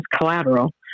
collateral